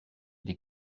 des